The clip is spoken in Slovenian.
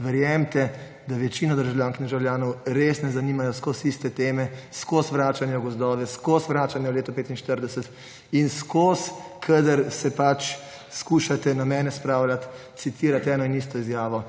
verjemite, da večino državljank in državljanov res ne zanimajo ves čas iste teme, ves čas vračanje v gozdove, ves čas vračanje v leto 1945 in ves čas, ko se skušate na mene spravljati, citirate eno in isto izjavo